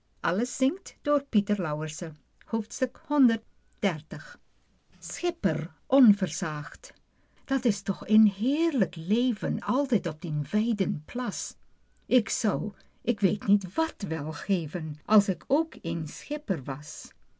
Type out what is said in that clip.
schipper onversaagd dat is toch een heerlijk leven altijd op dien wijden plas ik zou k weet niet wat wel geven als ik ook eens schipper was